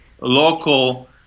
local